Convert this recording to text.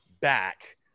back